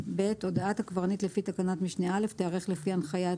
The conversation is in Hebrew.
הודעת הקברניט לפי תקנת משנה (א) תערך לפי הנחיית